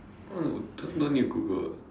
why would that one don't need to Google [what]